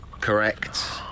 Correct